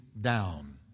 down